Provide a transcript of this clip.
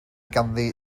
ganddi